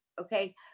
okay